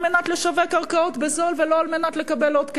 מנת לשווק קרקעות בזול ולא על מנת לקבל עוד כסף,